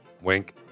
Wink